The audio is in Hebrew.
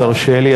תרשה לי,